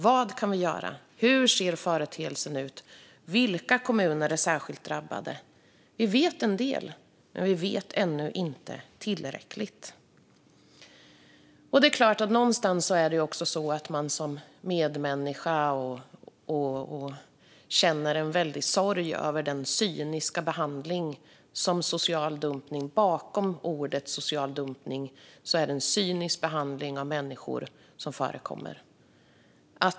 Vad kan vi göra? Hur ser företeelsen ut? Vilka kommuner är särskilt drabbade? Vi vet en del, men vi vet ännu inte tillräckligt. Det är klart att man som medmänniska känner väldig sorg över den cyniska behandling av människor som ligger bakom orden social dumpning.